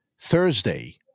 thursday